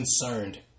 concerned